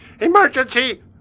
Emergency